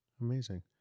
Amazing